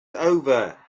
over